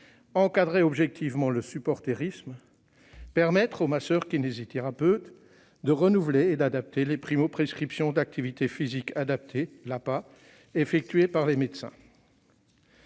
encadrer objectivement le supportérisme, permettre aux masseurs-kinésithérapeutes de renouveler et d'adapter les primo-prescriptions d'activité physique adaptée (APA) effectuées par les médecins,